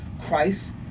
Christ